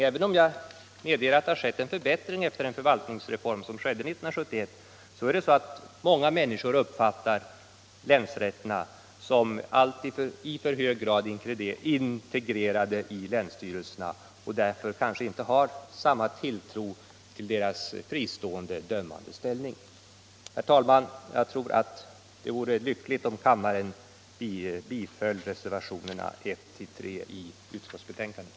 Även om jag medger att det har skett en förbättring efter förvaltningsreformen 1971 är det väl faktiskt så fortfarande att många människor uppfattar länsrätterna som i alltför hög grad integrerade i länsstyrelserna och därför kanske inte har samma tilltro till deras fristående dömande ställning. Herr talman! Jag tror att det vore lyckligt om kammaren biföll reservationerna 1, 2 och 3 vid utskottsbetänkandet.